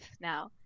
now